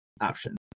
option